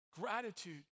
Gratitude